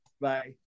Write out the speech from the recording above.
Bye